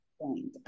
point